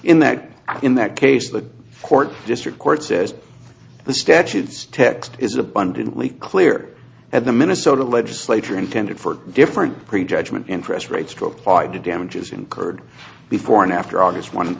in that in that case the court district court says the statutes text is abundantly clear at the minnesota legislature intended for different prejudgment interest rates to apply to damages incurred before and after august one